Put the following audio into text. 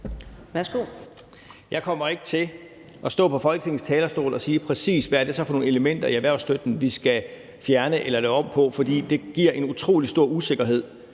Jeg kommer ikke til at stå på Folketingets talerstol og sige, præcis hvad det er for nogle elementer i erhvervsstøtten, vi skal fjerne eller lave om på. For det giver en utrolig stor usikkerhed